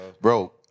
Bro